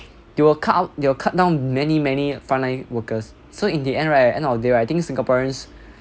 you will cut out you will cut down many many frontline workers so in the end right end of day right I think singaporeans